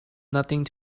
nothing